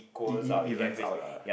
e~ e~ evens out lah